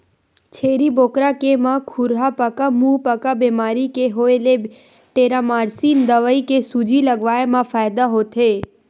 छेरी बोकरा के म खुरपका मुंहपका बेमारी के होय ले टेरामारसिन दवई के सूजी लगवाए मा फायदा होथे